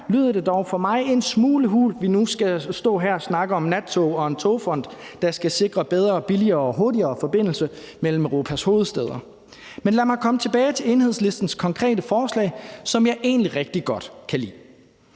lyder det dog for mig en smule hult, at vi nu skal stå her og snakke om nattog og en togfond, der skal sikre en bedre, billigere og hurtigere forbindelse mellem Europas hovedstæder. Men lad mig komme tilbage til Enhedslistens konkrete forslag, som jeg egentlig rigtig godt kan lide.